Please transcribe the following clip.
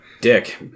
dick